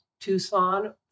Tucson